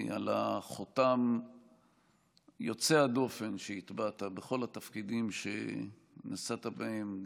על החותם יוצא הדופן שהטבעת בכל התפקידים שנשאת בהם,